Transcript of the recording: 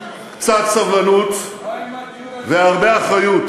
קצת סבלנות והרבה אחריות,